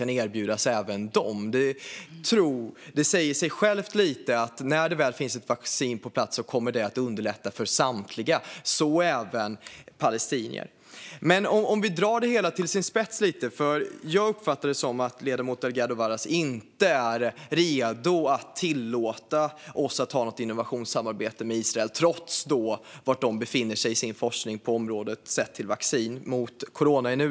När ett vaccin väl finns på plats kommer det att underlätta för samtliga, även för palestinierna. Jag uppfattar att ledamoten Delgado Varas inte är redo att tillåta Sverige att ha ett innovationssamarbete med Israel trots Israels forskningsläge vad gäller vaccin mot corona.